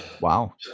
Wow